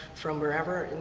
from wherever,